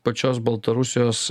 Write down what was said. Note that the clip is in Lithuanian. pačios baltarusijos